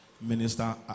minister